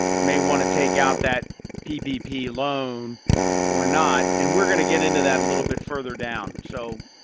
may want to take out that ppp loan or not. and we're going to get into that a little bit further down, so.